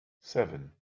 seven